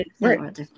Right